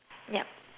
yup